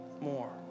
More